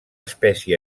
espècie